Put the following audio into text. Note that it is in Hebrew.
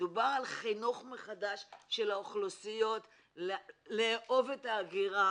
מדובר על חינוך מחדש של האוכלוסיות לאהוב את ההגירה.